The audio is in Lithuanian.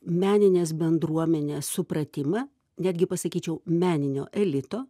meninės bendruomenės supratimą netgi pasakyčiau meninio elito